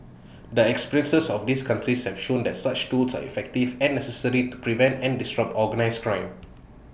the experiences of these countries have shown that such tools are effective and necessary to prevent and disrupt organised crime